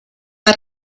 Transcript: war